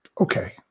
okay